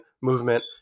movement